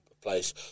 place